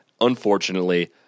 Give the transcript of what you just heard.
Unfortunately